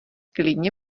klidně